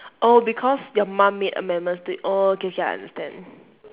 oh because your mum made amendments to it oh okay okay I understand